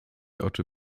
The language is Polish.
oczy